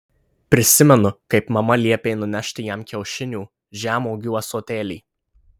prisimenu kaip mama liepė nunešti jam kiaušinių žemuogių ąsotėlį